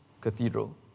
Cathedral